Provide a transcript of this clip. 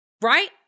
right